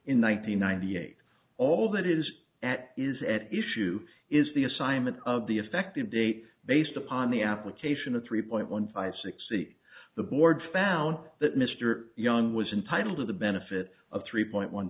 hundred ninety eight all that is at is at issue is the assignment of the effective date based upon the application a three point one five six c the board found that mr young was entitled to the benefit of three point one